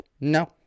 no